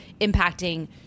impacting